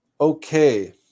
Okay